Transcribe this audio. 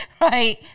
Right